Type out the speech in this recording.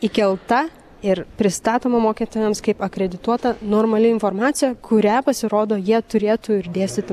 įkelta ir pristatoma mokytojams kaip akredituota normali informacija kurią pasirodo jie turėtų ir dėstyti